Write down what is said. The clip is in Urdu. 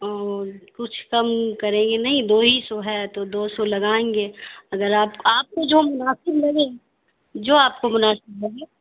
اور کچھ کم کریں گے نہیں دو ہی سو ہے تو دوسو لگائیں گے اگر آپ کو آپ کو جو مناسب لگے جو آپ کو مناسب لگے